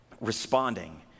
Responding